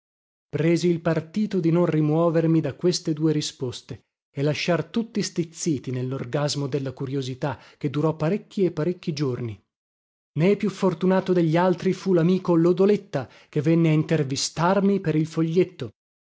presi il partito di non rimuovermi da queste due risposte e lasciar tutti stizziti nellorgasmo della curiosità che durò parecchi e parecchi giorni né più fortunato degli altri fu lamico lodoletta che venne a intervistarmi per il foglietto